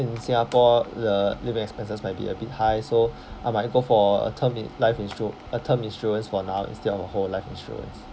in singapore the living expenses might be a bit high so I might go for a term in~ life insu~ a term insurance for now instead of a whole life insurance